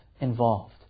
involved